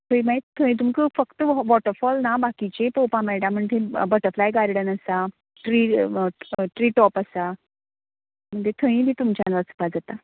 थंय मागीर थंय तुमकां फक्त वॉटर फोल ना बाकिचें पोवपाक मेळटा थंय बटरफ्लाय गार्डन आसा ट्री ट्री टोप आसा थंय बी तुमच्यान वचपाक जाता